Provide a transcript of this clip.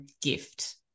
gift